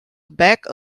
back